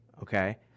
okay